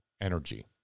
energy